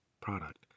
product